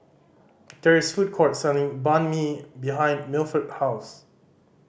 there is a food court selling Banh Mi behind Milford house